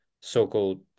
so-called